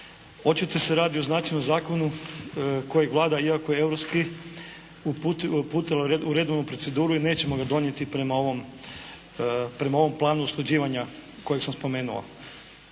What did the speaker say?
Očito se radi o značajnom zakonu kojeg Vlada iako je europski uputila u redovnu proceduru i nećemo ga donijeti prema ovom planu usklađivanja kojeg sam spomenuo.